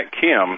Kim